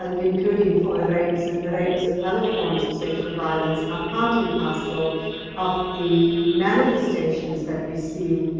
ah including for rapes and rapes and other forms of sexual violence, are part and parcel of the manifestations that we see.